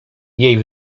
jej